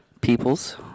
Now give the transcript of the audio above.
peoples